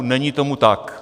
Není tomu tak.